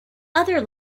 other